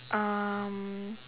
um